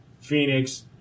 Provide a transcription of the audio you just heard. Phoenix